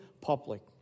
public